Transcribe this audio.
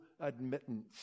admittance